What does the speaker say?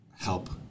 help